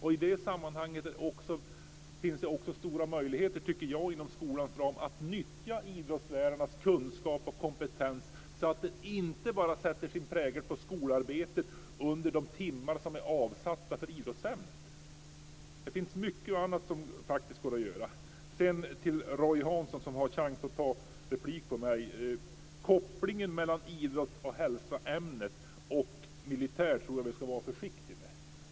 I det sammanhanget finns det stora möjligheter att inom skolans ram nyttja idrottslärarnas kunskap och kompetens, så att den inte bara sätter sin prägel på skolarbetet under de timmar som är avsatta för idrottsämnet. Det finns mycket annat att göra. Jag går sedan över till Roy Hansson, som har chans att ta en replik. Vi ska vara försiktiga med kopplingen mellan ämnet idrott och hälsa och militär.